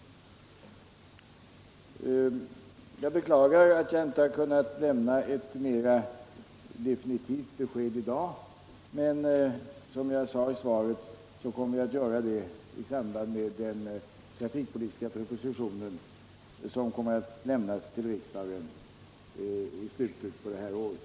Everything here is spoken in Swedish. Jag beklagar att jag inte har kunnat lämna ett mera definitivt besked i dag, men som jag sade i svaret kommer jag att göra det i samband med den trafikpolitiska propositionen, som kommer att lämnas till riksdagen i slutet på det här året.